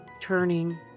turning